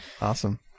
Awesome